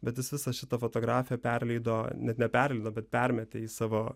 bet jis visą šitą fotografiją perleido net neperleido bet permetė į savo